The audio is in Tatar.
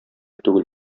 түгел